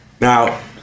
Now